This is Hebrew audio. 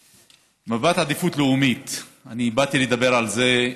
מפת העדיפות הלאומית, אני באתי לדבר על זה,